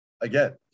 Again